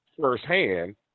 firsthand